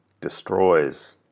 destroys